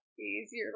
easier